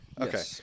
Okay